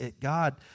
God